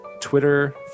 Twitter